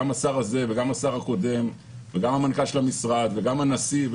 גם השר הזה וגם השר הקודם וגם מנכ"ל המשרד וגם הנשיא.